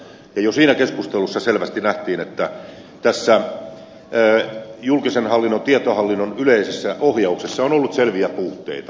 jo siinä keskustelussa selvästi nähtiin että julkisen hallinnon tietohallinnon yleisessä ohjauksessa on ollut selviä puutteita